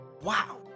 Wow